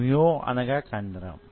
మ్యో అనగా కండరం